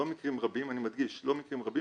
לא מקרים רבים אני מדגיש: לא מקרים רבים,